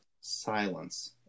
Silence